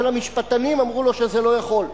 אבל המשפטנים אמרו לו שאי-אפשר.